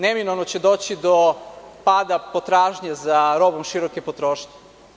Neminovno će doći do pada potražnje za robom široke potrošnje.